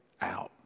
out